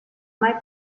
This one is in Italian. mai